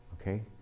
Okay